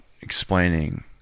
explaining